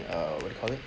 uh what do you call it